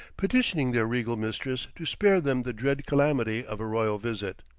petitioning their regal mistress to spare them the dread calamity of a royal visit.